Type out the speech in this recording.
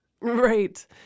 Right